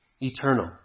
eternal